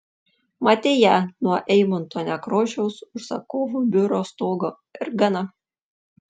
matei ją nuo eimunto nekrošiaus užsakovų biuro stogo ir gana